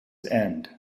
end